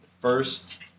first